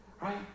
right